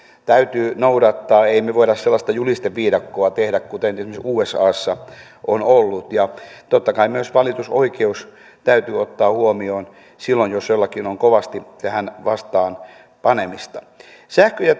täytyy noudattaa emme me voi sellaista julisteviidakkoa tehdä kuin esimerkiksi usassa on ollut ja totta kai myös valitusoikeus täytyy ottaa huomioon silloin jos jollakin on kovasti tähän vastaan panemista sähkö ja